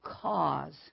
cause